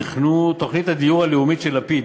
תוכנית הדיור הלאומית של לפיד,